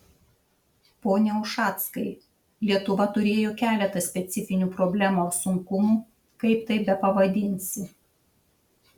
pone ušackai lietuva turėjo keletą specifinių problemų ar sunkumų kaip tai bepavadinsi